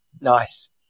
Nice